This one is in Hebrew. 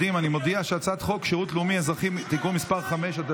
את הצעת חוק שירות לאומי-אזרחי (תיקון מס' 5),